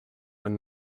when